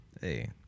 hey